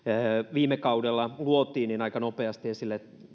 viime kaudella luotiin niin aika nopeasti esille